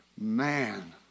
man